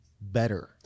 better